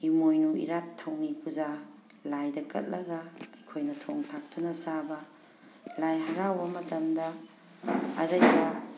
ꯏꯃꯣꯏꯅꯨ ꯏꯔꯥꯠ ꯊꯧꯅꯤ ꯄꯨꯖꯥ ꯂꯥꯏꯗ ꯀꯠꯂꯒ ꯑꯩꯈꯣꯏꯅ ꯊꯣꯡ ꯊꯥꯛꯇꯨꯅ ꯆꯥꯕ ꯂꯥꯏ ꯍꯔꯥꯎꯕ ꯃꯇꯝꯗ ꯑꯔꯩꯕ